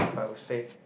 if I would say